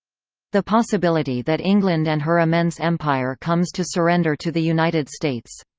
the possibility that england and her immense empire comes to surrender to the united states.